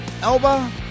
Elba